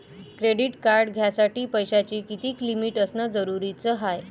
Credit card घ्यासाठी पैशाची कितीक लिमिट असनं जरुरीच हाय?